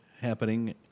happening